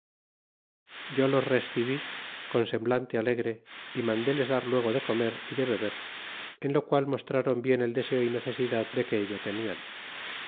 yo los rescibi e con semblante alegre y mandi les dar luego de comer y de e beber en lo qual mostrron bien el deseo y necesidad que tenian